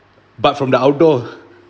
but from the outdoor